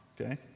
Okay